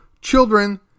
children